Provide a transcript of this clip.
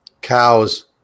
Cows